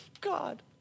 God